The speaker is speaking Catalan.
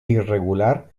irregular